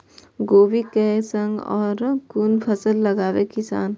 कोबी कै संग और कुन फसल लगावे किसान?